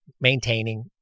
Maintaining